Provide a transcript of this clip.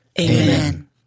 Amen